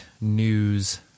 news